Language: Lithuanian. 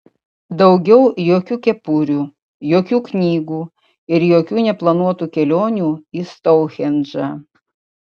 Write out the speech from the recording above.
daugiau jokių kepurių jokių knygų ir jokių neplanuotų kelionių į stounhendžą